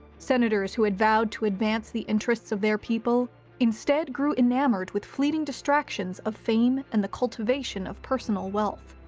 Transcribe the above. senators who had vowed to advance the interests of their people instead grew enamored with fleeting distractions of fame and the cultivation of personal wealth.